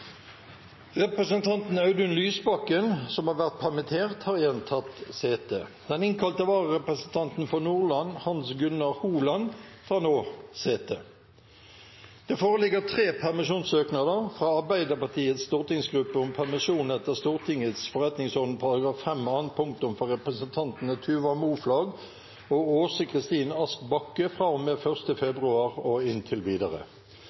Representanten Audun Lysbakken , som har vært permittert, har igjen tatt sete. Den innkalte vararepresentanten for Nordland, Hans Gunnar Holand , tar nå sete. Det foreligger tre permisjonssøknader: fra Arbeiderpartiets stortingsgruppe om permisjon etter Stortingets forretningsorden § 5 annet punktum for representantene Tuva Moflag og Åse Kristin Ask Bakke fra og med 1. februar og inntil videre